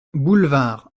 boulevard